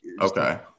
Okay